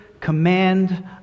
command